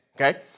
Okay